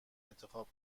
انتخاب